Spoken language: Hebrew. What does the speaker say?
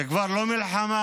זה כבר לא מלחמה,